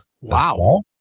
Wow